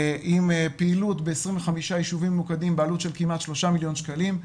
עם פעילות ב-25 ישובים ממוקדים בעלות של כמעט 3 מיליון שקלים,